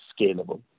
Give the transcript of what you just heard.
scalable